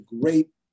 great